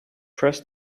press